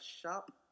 shop